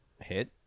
hit